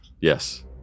Yes